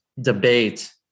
debate